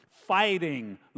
fighting